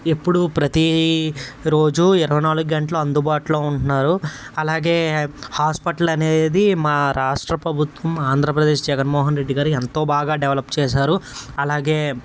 ఎప్పుడు ప్రతీ రోజూ ఇరవై నాలుగు గంటలూ అందుబాటులో ఉంటున్నారు అలాగే హాస్పిటల్ అనేది మా రాష్ట్ర ప్రభుత్వం అంద్రప్రదేశ్ జగన్ మోహన్ రెడ్డి గారు ఎంతో బాగా డెవలప్ చేసారు అలాగే